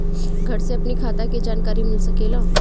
घर से अपनी खाता के जानकारी मिल सकेला?